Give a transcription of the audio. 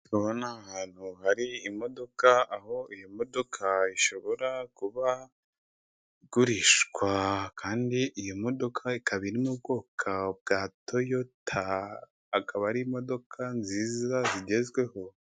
Ndi kubona ahantu hari imodoka, aho iyi modoka ishobora kuba igurishwa, kandi iyi modoka ikaba iri mu bwoko bwa toyota, akaba ari imodoka nziza zigezweho.